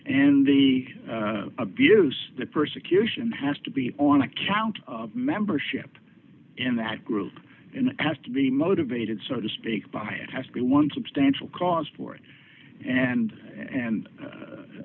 and the abuse persecution has to be on account membership in that group and has to be motivated so to speak by it has to be one substantial cause for it and and